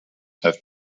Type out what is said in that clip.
have